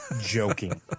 joking